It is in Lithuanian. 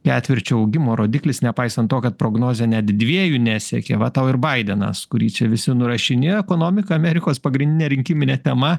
ketvirčio augimo rodiklis nepaisant to kad prognozę net dviejų nesiekė va tau ir baidenas kurį čia visi nurašinėjo ekonomika amerikos pagrindine rinkiminė tema